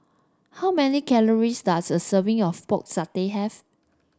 how many calories does a serving of Pork Satay have